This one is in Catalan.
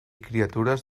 criatures